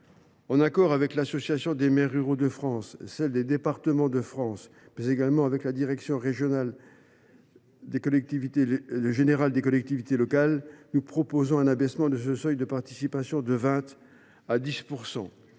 En accord avec l’Association des maires ruraux de France (AMRF), Départements de France, mais également la direction générale des collectivités locales (DGCL), nous proposons un abaissement de ce seuil de participation de 20 % à 10 %.